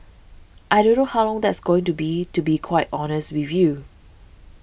I don't know how long that's going to be to be quite honest with you